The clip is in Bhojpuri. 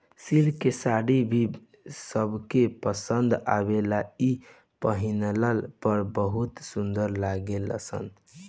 सिल्क के साड़ी भी सबके पसंद आवेला इ पहिनला पर बहुत सुंदर लागेला